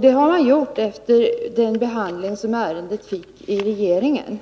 Det har skett efter den behandling som ärendet fått i regeringen.